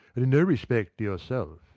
in no respect to yourself.